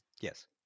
Yes